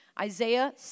Isaiah